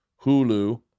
Hulu